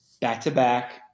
back-to-back